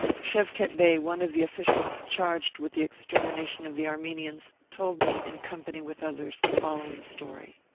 shevket bey, one of the officials charged with the extermination of the armenians, told me, in company with others, the following story